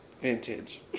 Vintage